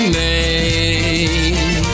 made